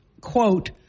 quote